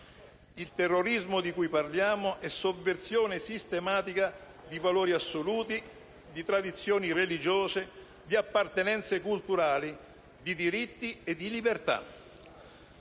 Il terrorismo di cui parliamo è sovversione sistematica di valori assoluti, di tradizioni religiose, di appartenenze culturali, di diritti e di libertà.